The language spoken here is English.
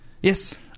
Yes